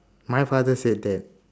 my father said that